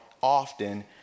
often